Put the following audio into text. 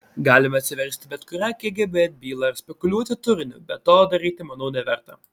galime atsiversti bet kurią kgb bylą ir spekuliuoti turiniu bet to daryti manau neverta